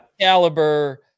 caliber